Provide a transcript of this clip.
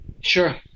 Sure